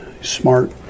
smart